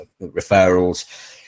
referrals –